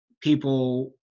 people